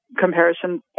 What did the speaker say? comparison